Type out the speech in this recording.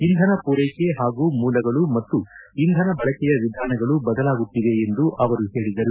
ಇಂಧನ ಪೂರೈಕೆ ಹಾಗೂ ಮೂಲಗಳು ಮತ್ತು ಇಂಧನ ಬಳಕೆಯ ವಿಧಾನಗಳು ಬದಲಾಗುತ್ತಿವೆ ಎಂದು ಅವರು ಹೇಳಿದರು